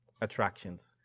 attractions